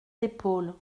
épaules